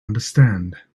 understand